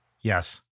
Yes